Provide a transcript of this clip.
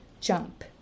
jump